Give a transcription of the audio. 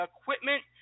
equipment